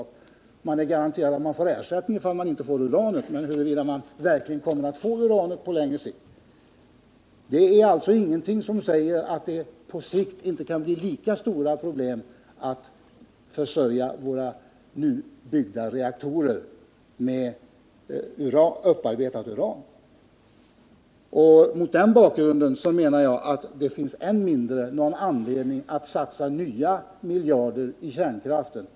Det hjälper inte att man är garanterad ersättning för den händelse att man inte får uran — man vet ändå inte om man på sikt kommer att ha uranförsörjningen tryggad. Det är alltså inget som säger att det inte på sikt blir stora problem med att försörja våra nu byggda reaktorer med upparbetat uran. Mot den bakgrunden menar jag att det än mindre finns anledning att satsa nya miljarder i kärnkraften.